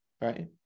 right